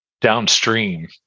downstream